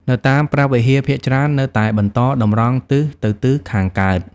នៅតាមព្រះវិហារភាគច្រើននៅតែបន្ត តម្រង់ទិសទៅទិសខាងកើត។